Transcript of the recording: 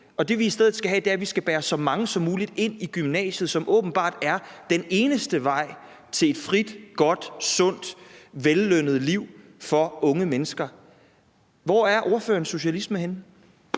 at det, vi i stedet skal gøre, er, at vi skal bære så mange som muligt ind i gymnasiet, hvilket for unge mennesker åbenbart er den eneste vej til et frit, godt, sundt og vellønnet liv. Hvor er ordførerens socialisme henne?